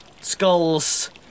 skulls